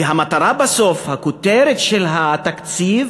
והמטרה בסוף, הכותרת של התקציב